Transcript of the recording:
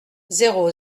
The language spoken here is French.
zéro